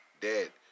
Dead